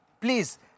Please